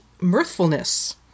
mirthfulness